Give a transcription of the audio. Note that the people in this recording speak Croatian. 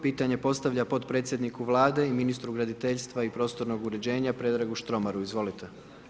Pitanje postavlja postavlja potpredsjedniku Vlade i ministru graditeljstva i prostornog uređenja Predragu Štromaru, izvolite.